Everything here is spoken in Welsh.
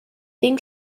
ddim